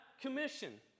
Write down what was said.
commission